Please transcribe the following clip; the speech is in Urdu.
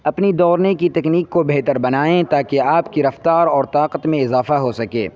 اپنی دوڑنے کی تکنیک کو بہتر بنائیں تاکہ آپ کی رفتار اور طاقت میں اضافہ ہو سکے